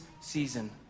season